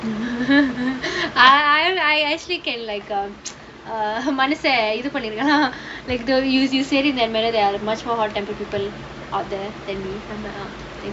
I I I actually can like err மனுசன் இது பண்ணிருக்கான்:manusan ithu pannirukkaan like you say it like there is more hot tempered people